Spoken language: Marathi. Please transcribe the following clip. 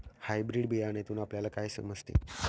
हायब्रीड बियाण्यातून आपल्याला काय समजते?